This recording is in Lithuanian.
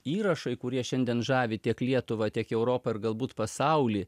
įrašai kurie šiandien žavi tiek lietuvą tiek europą ir galbūt pasaulį